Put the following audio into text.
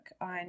on